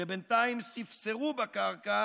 ובינתיים ספסרו בקרקע